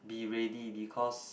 be ready because